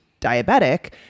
diabetic